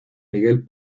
miguel